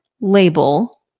Label